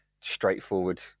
straightforward